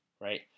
right